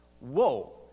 Whoa